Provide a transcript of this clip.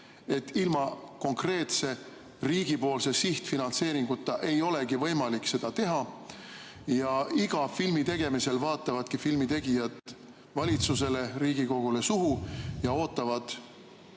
et ilma konkreetse riigipoolse sihtfinantseeringuta ei olegi võimalik seda teha ja iga filmi tegemisel vaatavadki filmitegijad valitsusele, Riigikogule suhu ja ootavad